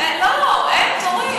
לא, אין תורים.